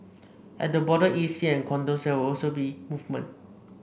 at the border E C and condos there will also be movement